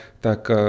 tak